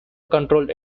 controlled